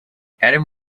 adam